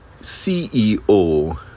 CEO